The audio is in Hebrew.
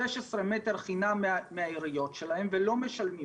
16 מטר חינם מהעיריות שלהם ולא משלמים